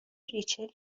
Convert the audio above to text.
ریچل